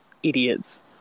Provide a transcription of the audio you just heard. idiots